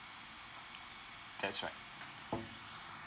that's right